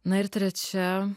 na ir trečia